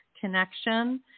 connection